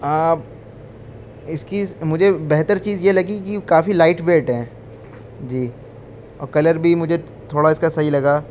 آپ اس کی مجھے بہتر چیز یہ لگی کہ کافی لائٹ ویٹ ہیں جی اور کلر بھی مجھے تھوڑا اس کا صحیح لگا